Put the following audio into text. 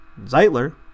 Zeitler